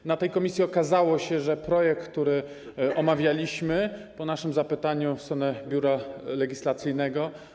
Na posiedzeniu komisji okazało się, że projekt, który omawialiśmy, po naszym zapytaniu do Biura Legislacyjnego.